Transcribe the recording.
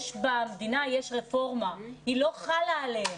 יש במדינה רפורמה והיא לא חלה עליהם.